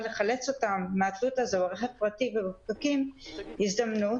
לחלץ אותם מהתלות הזו ברכב פרטי ומהפקקים הזדמנות.